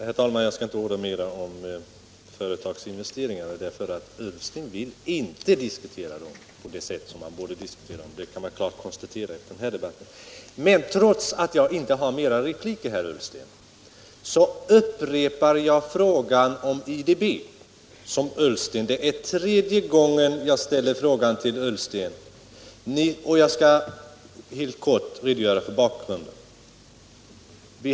Herr talman! Jag skall inte orda mera om företagsinvesteringar, därför att herr Ullsten vill inte diskutera dem på det sätt som de borde diskuteras. Det kan man klart konstatera efter den här debatten. Trots att jag inte har rätt till fler repliker upprepar jag frågan om IDB. Det är tredje gången jag ställer den frågan till herr Ullsten, och jag skall helt kort redogöra för bakgrunden.